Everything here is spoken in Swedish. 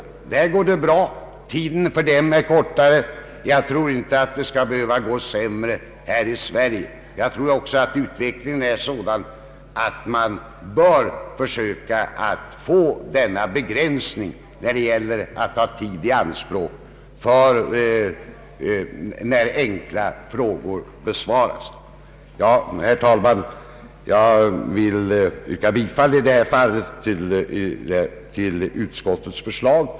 I Norge klarar man de enkla frågorna bra, fastän tiden för replik är kortare. Jag tror inte att det behöver gå sämre i Sverige. Utvecklingen är sådan att vi bör försöka få till stånd en begränsning när det gäller att ta tid i anspråk för enkla frågor. Herr talman! Jag yrkar bifall till utskottets förslag.